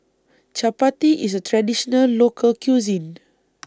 Chappati IS A Traditional Local Cuisine